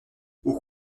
aux